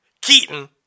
Keaton